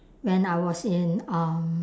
when I was in um